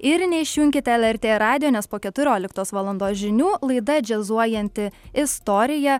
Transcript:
ir neišjunkite lrt radijo nes po keturioliktos valandos žinių laida džiazuojanti istorija